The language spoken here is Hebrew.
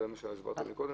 זה מה שהסברת קודם?